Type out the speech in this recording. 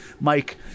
Mike